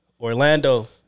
Orlando